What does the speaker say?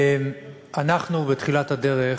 אנחנו, בתחילת הדרך,